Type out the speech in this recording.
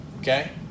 Okay